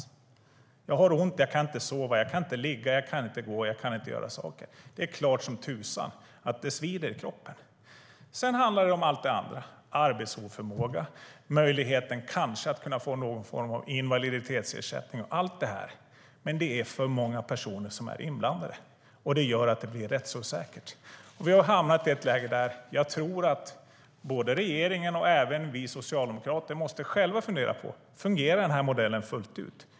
Om jag har ont och inte kan sova, inte ligga, inte gå, inte göra saker är det klart som tusan att det svider i kroppen. Sedan handlar det om allt det andra - arbetsoförmåga, möjligheter att kanske få någon form av invaliditetsersättning och så vidare. Men det är för många personer som är inblandade. Det gör att det blir rättsosäkert. Vi har hamnat i ett läge där jag tror att både regeringen och vi socialdemokrater måste fundera: Fungerar den här modellen fullt ut?